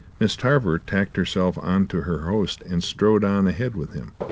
miss tarver tacked herself on to her host and strode on ahead with him,